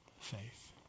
faith